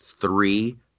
three